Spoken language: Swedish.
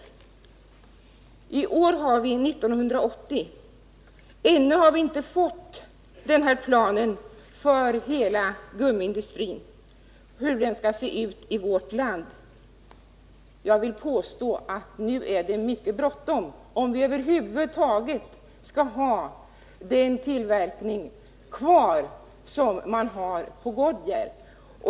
I år har vi 1980. Ännu har vi inte fått den här planen för hur hela gummiindustrin i värt land skall se ut. Jag vill påstå att det nu är mycket bråttom — om vi över huvud taget skall ha den tillverkning kvar som Goodvear bedriver.